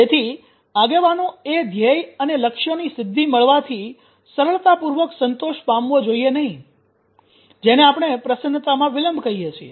તેથી આગેવાનો એ ધ્યેય અને લક્ષ્યોની સિદ્ધિ મળવાથી સરળતાપૂર્વક સંતોષ પામવો જોઈએ નહીં જેને આપણે પ્રસન્નતામાં વિલંબ કહીએ છીએ